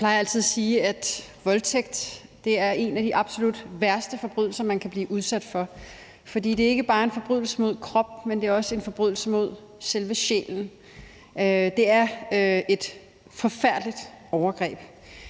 Jeg plejer altid at sige, at voldtægt er en af de absolut værste forbrydelser, man kan blive udsat for, for det er ikke bare en forbrydelse mod kroppen, men det er også en forbrydelse mod selve sjælen. Det er et forfærdeligt overgreb,